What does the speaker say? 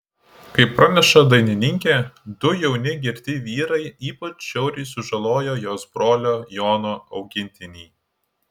kaip praneša dainininkė du jauni girti vyrai ypač žiauriai sužalojo jos brolio jono augintinį